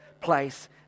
place